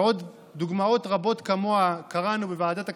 ועל עוד דוגמאות רבות כמוה קראנו בוועדת הכספים: